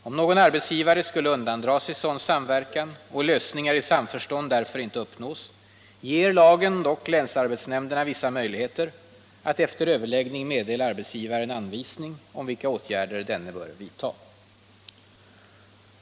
Om någon arbetsgivare skulle undandra sig sådan samverkan och lösningar i samförstånd därför inte uppnås, ger lagen dock länsarbetsnämnderna vissa möjligheter att efter överläggning meddela arbetsgivaren anvisningar om vilka åtgärder denne bör vidta.